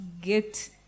get